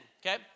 okay